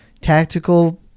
tactical